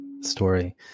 Story